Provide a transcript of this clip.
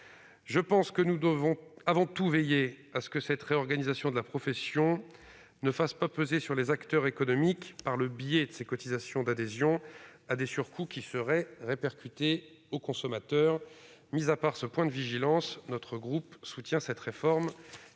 Je pense que nous devons avant tout veiller à ce que cette réorganisation de la profession ne fasse pas peser sur les acteurs économiques, par le biais des cotisations d'adhésion, des surcoûts qui seraient répercutés sur les consommateurs. Mis à part ce point de vigilance, notre groupe soutient cette réforme,